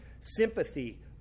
sympathy